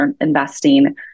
investing